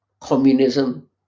communism